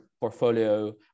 portfolio